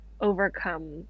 overcome